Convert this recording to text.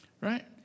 right